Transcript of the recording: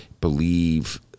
believe